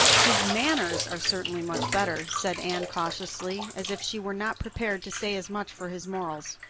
his manners are certainly much better, said anne cautiously, as if she were not prepared to say as much for his morals.